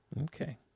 Okay